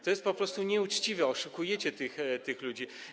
To jest po prostu nieuczciwe, oszukujecie tych ludzi.